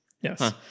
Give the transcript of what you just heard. Yes